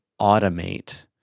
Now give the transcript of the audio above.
automate